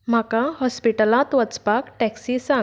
म्हाका हॉस्पिटलांत वचपाक टॅक्सी सांग